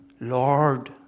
Lord